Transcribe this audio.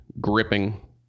gripping